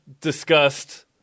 discussed